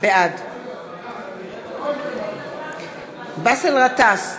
בעד באסל גטאס,